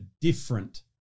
different